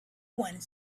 one